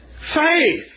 Faith